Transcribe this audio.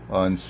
on